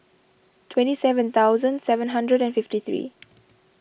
twenty seven thousand seven hundred and fifty three